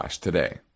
today